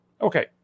Okay